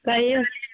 कहियौ